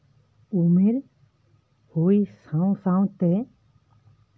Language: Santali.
ᱩᱢᱮᱨ ᱦᱩᱭ ᱥᱟᱶ ᱥᱟᱶᱛᱮ